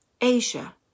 Asia